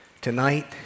tonight